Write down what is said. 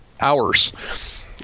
hours